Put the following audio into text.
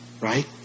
Right